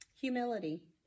humility